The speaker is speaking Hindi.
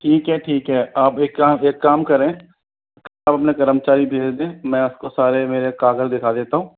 ठीक है ठीक है आप एक काम एक काम करें आप अपने कर्मचारी भेज दें मैं आपको सारे मेरे कागज़ दिखा देता हूँ